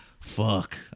fuck